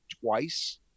twice